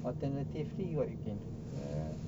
alternatively what we can do